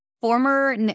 former